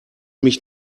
mich